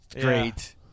Great